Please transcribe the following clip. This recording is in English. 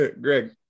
greg